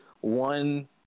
one